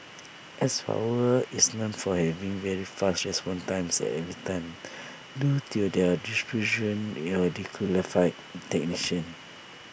S power is known for having very fast response times at every time due to their distribution your technicians